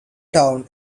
town